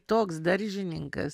toks daržininkas